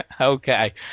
okay